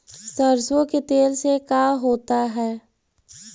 सरसों के तेल से का होता है?